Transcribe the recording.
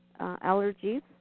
allergies